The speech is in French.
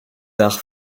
arts